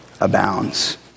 abounds